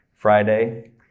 Friday